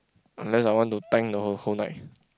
unless I want to tank the whole whole night